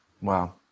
wow